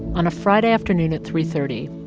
on a friday afternoon at three thirty,